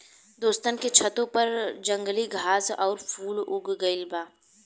दोस्तन के छतों पर जंगली घास आउर फूल उग गइल बा